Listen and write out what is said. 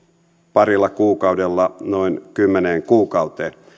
parilla kuukaudella noin kymmeneen kuukauteen